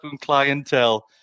clientele